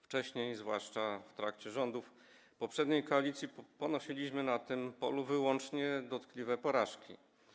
Wcześniej, zwłaszcza w trakcie rządów poprzedniej koalicji, ponosiliśmy na tym polu wyłącznie dotkliwe porażki.